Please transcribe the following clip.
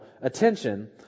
attention